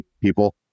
people